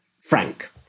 frank